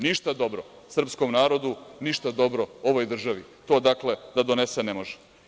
Ništa dobro srpskom narodu, ništa dobro ovoj državi to da donese ne može.